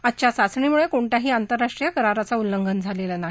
आजच्या चाचणीमुळे कोणत्याही आंतरराष्ट्रीय कराराचं उल्लंघन झालेलं नाही